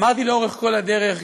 אמרתי לאורך כל הדרך,